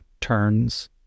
turns